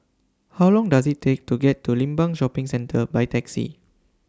How Long Does IT Take to get to Limbang Shopping Centre By Taxi